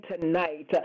tonight